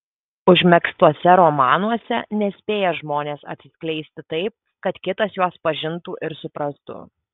užmegztuose romanuose nespėja žmonės atsiskleisti taip kad kitas juos pažintų ir suprastų